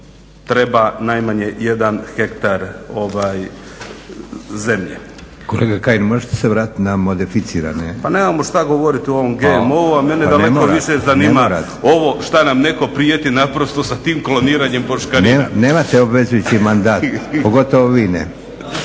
/Upadica predsjednik: Kolega Kajin, možete se vratiti na modificiranje./ … Pa nemamo što govoriti o ovom GMO-u, a mene daleko više zanima ovo što nam netko prijeti naprosto sa tim kloniranjem boškarina. … /Upadica predsjednik: Nemate obvezujući mandat, pogotovo vi ne./